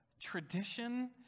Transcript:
tradition